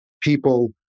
people